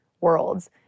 worlds